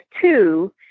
two